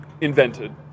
invented